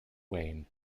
wayne